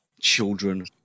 children